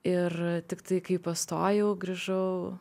ir tiktai kai pastojau grįžau